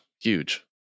huge